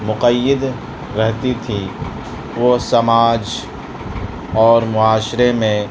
مقید رہتی تھیں وہ سماج اور معاشرے میں